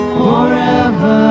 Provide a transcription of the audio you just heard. forever